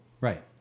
Right